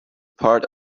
part